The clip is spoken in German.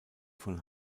von